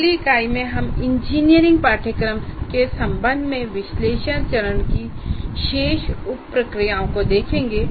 अगली इकाई में हम इंजीनियरिंग पाठ्यक्रम के संबंध में विश्लेषण चरण की शेष उप प्रक्रियाओं को देखेंगे